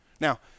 Now